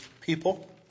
people